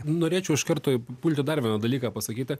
norėčiau iš karto pulti dar vieną dalyką pasakyti